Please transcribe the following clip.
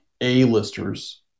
A-listers